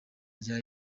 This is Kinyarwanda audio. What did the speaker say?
rya